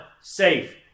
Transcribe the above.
safe